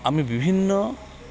আমি বিভিন্ন